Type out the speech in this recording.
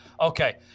okay